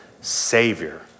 Savior